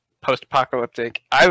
post-apocalyptic